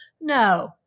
no